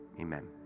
amen